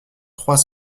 trois